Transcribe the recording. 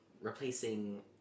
replacing